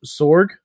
sorg